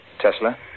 Tesla